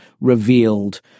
revealed